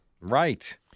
Right